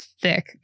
thick